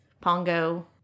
Pongo